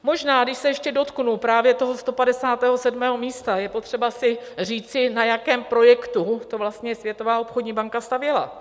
Možná když se ještě dotknu právě toho 157. místa, je potřeba si říci, na jakém projektu to vlastně Světová obchodní banka stavěla.